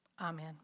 Amen